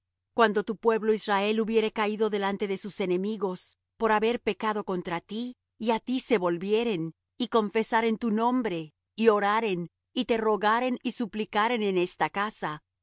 cuando tu pueblo israel hubiere caído delante de sus enemigos por haber pecado contra ti y á ti se volvieren y confesaren tu nombre y oraren y te rogaren y suplicaren en esta casa